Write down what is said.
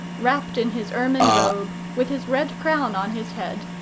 wrapped in his ermine robe, with his red crown on his head,